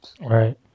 Right